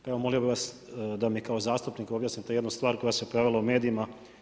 Pa molio bih vas da mi kao zastupnik objasnite jednu stvar koja se pojavila u medijima.